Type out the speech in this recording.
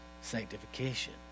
sanctification